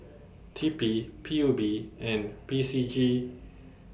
T P P U B and P C G